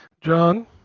John